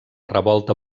revolta